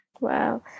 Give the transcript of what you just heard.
Wow